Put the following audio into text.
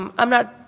um i'm not